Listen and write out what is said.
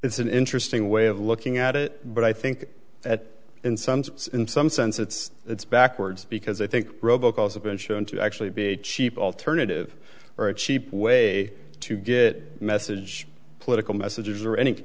it's an interesting way of looking at it but i think that in some sense in some sense it's it's backwards because i think robo calls have been shown to actually be a cheap alternative or a cheap way to get message political messages or any